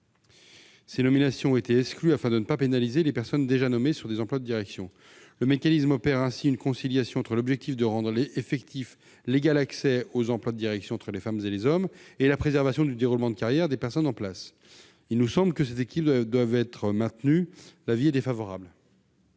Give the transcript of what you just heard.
Ces nominations ont été exclues afin de ne pas pénaliser les personnes déjà nommées sur des emplois de direction. Le mécanisme opère ainsi une conciliation entre l'objectif de rendre effectif l'égal accès aux emplois de direction entre les femmes et les hommes, et la préservation du déroulement de carrière des personnes en place. Cet équilibre doit être maintenu. L'avis est donc défavorable.